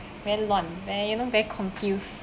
very 乱 very you know very confuse